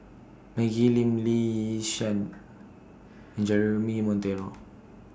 Maggie Lim Lee Yi Shyan and Jeremy Monteiro